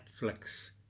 Netflix